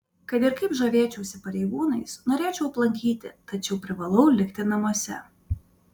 kad ir kaip žavėčiausi pareigūnais norėčiau aplankyti tačiau privalau likti namuose